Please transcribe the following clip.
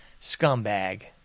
scumbag